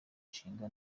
nshinga